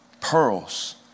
pearls